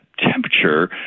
temperature